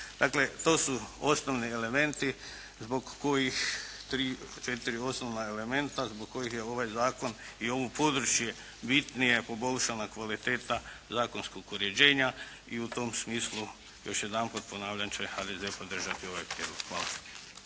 četiri osnovana elementa zbog kojih je ovaj zakon i ovo područje bitnije poboljšana kvaliteta zakonskog uređenja. I u tom smislu još jedanput ponavljam, će HDZ podržati ovaj prijedlog. Hvala.